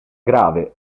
grave